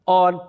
on